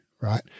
right